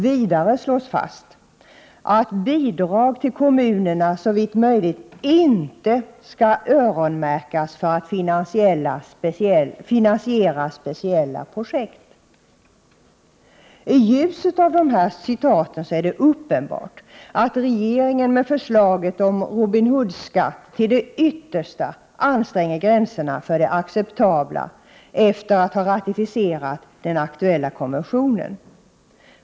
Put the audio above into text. Vidare slås fast att bidrag till kommunerna såvitt möjligt inte skall öronmärkas för att finansiera speciella projekt. I ljuset av dessa citat är det uppenbart att regeringen med förslaget till Robin Hood-skatt till det yttersta anstränger gränserna för det acceptabla efter att ha ratificerat den aktuella konventionen.